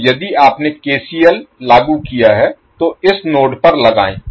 तो यदि आपने केसीएल लागू किया है तो इस नोड पर लगाएं